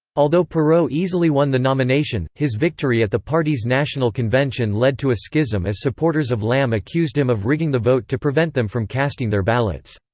although perot easily won the nomination, his victory at the party's national convention led to a schism as supporters of lamm accused him of rigging the vote to prevent them from casting their ballots.